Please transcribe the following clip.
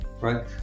right